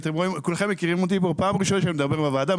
כולכם מכירים אותי וזו פעם ראשונה שאני מדבר בוועדה.